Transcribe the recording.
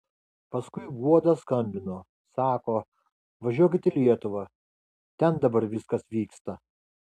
paskui guoda skambino sako važiuokit į lietuvą ten dabar viskas vyksta